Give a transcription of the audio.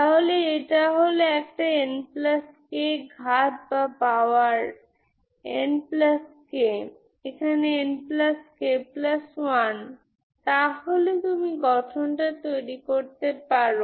অতএব আমি এই λ 0 কেসটি n 0 অন্তর্ভুক্ত করে আগের কেস অন্তর্ভুক্ত করতে পারি